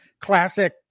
Classic